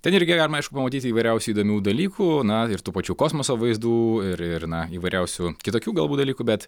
ten irgi galima aišku pamatyti įvairiausių įdomių dalykų na ir tų pačių kosmoso vaizdų ir ir na įvairiausių kitokių galbūt dalykų bet